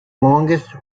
longest